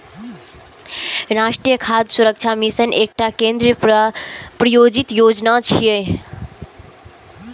राष्ट्रीय खाद्य सुरक्षा मिशन एकटा केंद्र प्रायोजित योजना छियै